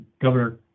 Governor